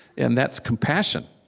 and that's compassion.